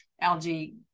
algae